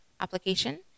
application